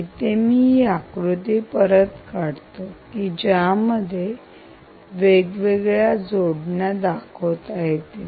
इथे मी एक आकृती परत काढतो की ज्यामध्ये वेगवेगळ्या जोडण्या दाखवता येतील